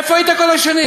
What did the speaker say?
איפה היית כל השנים?